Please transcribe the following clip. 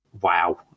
wow